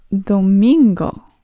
domingo